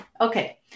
Okay